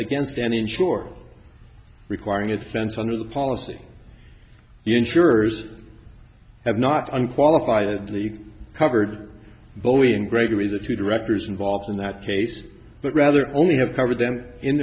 against an insured requiring expense under the policy the insurers have not unqualifiedly covered bolian grigory the two directors involved in that case but rather only have covered them in